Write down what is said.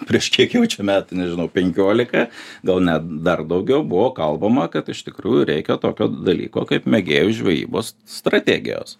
prieš kiek jaučia metų nežinau penkiolika gal net dar daugiau buvo kalbama kad iš tikrųjų reikia tokio dalyko kaip mėgėjų žvejybos strategijos